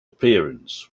appearance